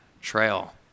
trail